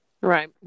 Right